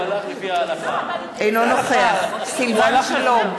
אינו נוכח סילבן שלום,